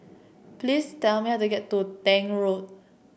please tell me how to get to Tank Road